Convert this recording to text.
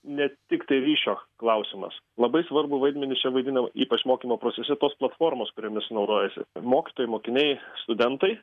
ne tiktai ryšio klausimas labai svarbų vaidmenį čia vaidina ypač mokymo procese tos platformos kuriomis naudojasi mokytojai mokiniai studentai